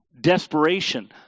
Desperation